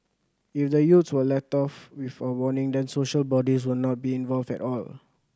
if the youths were let off with a warning then social bodies would not be involved at all